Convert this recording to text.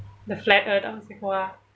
the flat earth of